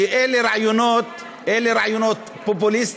כי אלה רעיונות פופוליסטיים.